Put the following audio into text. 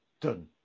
done